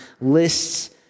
lists